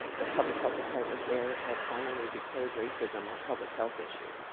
the public health department there has finally declared racism a public health issue.